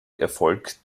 erfolgt